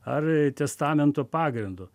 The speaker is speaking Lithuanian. ar testamento pagrindu